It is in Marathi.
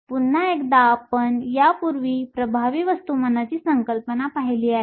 पुन्हा एकदा आपण यापूर्वी प्रभावी वस्तुमानाची संकल्पना पाहिली आहे